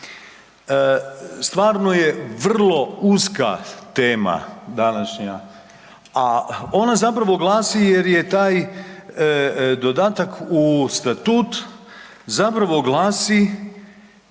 Stvarno je vrlo uska tema današnja a ona zapravo glasi jer je taj dodatak u statut zapravo glasi